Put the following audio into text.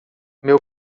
meu